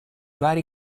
vari